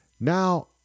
Now